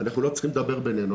לא צריכים לדבר בינינו,